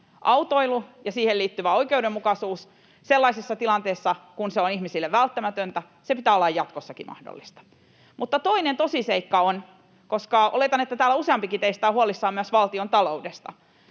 Autoilun — ja siihen liittyvän oikeudenmukaisuuden — sellaisessa tilanteessa, kun se on ihmisille välttämätöntä, pitää olla jatkossakin mahdollista. Mutta toinen tosiseikka on — koska oletan, että täällä useampikin teistä on huolissaan myös valtion taloudesta